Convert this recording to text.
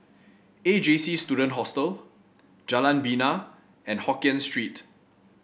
A J C Student Hostel Jalan Bena and Hokkien Street